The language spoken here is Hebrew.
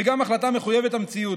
וגם החלטה מחויבת המציאות.